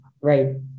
Right